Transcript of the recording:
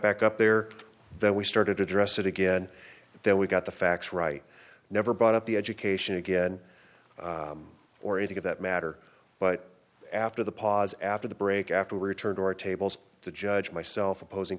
back up there then we started to address it again then we got the facts right never brought up the education again or anything of that matter but after the pause after the break after return to our tables to judge myself opposing